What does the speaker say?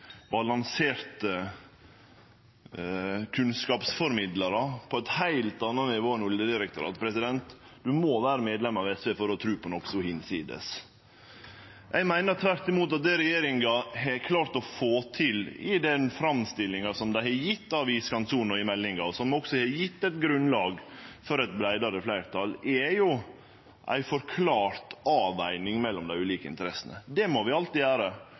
balanserte kunnskapsformidlarar på eit heilt anna nivå enn Oljedirektoratet. Ein må vere medlem av SV for å tru på noko så hinsides. Eg meiner tvert imot at det regjeringa har klart å få til i den framstillinga som dei har gjeve av iskantsona i meldinga, og som også har gjeve eit grunnlag for eit breiare fleirtal, er ei forklart avveging mellom dei ulike interessene. Det må vi alltid gjere.